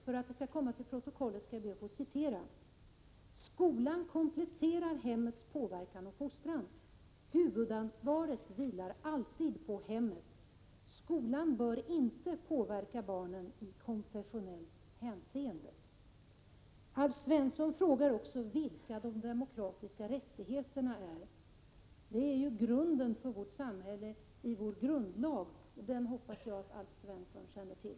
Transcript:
För att det skall komma in i protokollet ber jag att få citera: ”Skolan kompletterar hemmets påverkan och fostran. Huvudansvaret vilar alltid på hemmet. Skolan bör inte påverka barnen i konfessionellt hänseende.” Alf Svensson frågar också vilka de demokratiska rättigheterna är. De utgör grunden för vårt samhälle enligt vår grundlag och denna hoppas jag att Alf Svensson känner till.